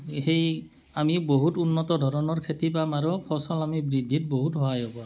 সেই আমি বহুত উন্নত ধৰণৰ খেতি পাম আৰু ফচল আমি বৃদ্ধিত বহুত সহায় হ'ব আমাৰ